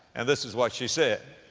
and this is what she said.